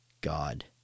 God